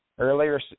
Earlier